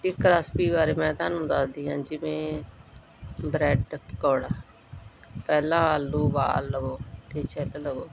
ਇੱਕ ਰਸਪੀ ਬਾਰੇ ਮੈਂ ਤੁਹਾਨੂੰ ਦੱਸਦੀ ਹਾਂ ਜਿਵੇਂ ਬ੍ਰੈਡ ਪਕੌੜਾ ਪਹਿਲਾਂ ਆਲੂ ਉਬਾਲ ਲਵੋ ਅਤੇ ਛਿੱਲ ਲਵੋ